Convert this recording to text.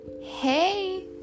Hey